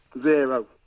Zero